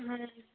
ᱦᱮᱸ